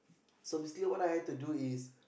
so basically what I had to do is